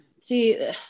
See